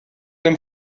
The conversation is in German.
dem